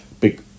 big